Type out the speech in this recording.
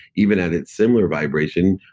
even at its similar vibration,